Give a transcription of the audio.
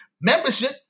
Membership